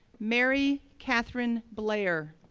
mary catherine blair,